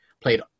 played